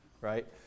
right